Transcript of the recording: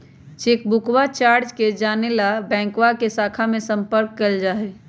चेकबुकवा चार्ज के जाने ला बैंकवा के शाखा में संपर्क कइल जा सका हई